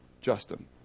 Justin